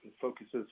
focuses